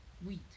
wheat